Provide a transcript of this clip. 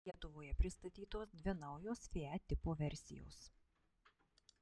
lietuvoje pristatytos dvi naujos fiat tipo versijos